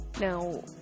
Now